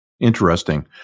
Interesting